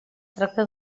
tracta